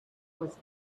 was